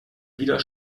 wieder